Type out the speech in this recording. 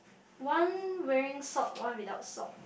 one wearing sock one without sock